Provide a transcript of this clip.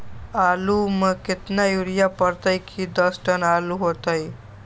आलु म केतना यूरिया परतई की दस टन आलु होतई?